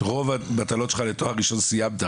את רוב המטלות שלך לתואר ראשון סיימת,